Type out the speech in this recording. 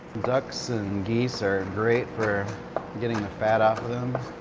ducks and geese are great for getting the fat off of them.